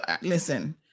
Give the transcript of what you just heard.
listen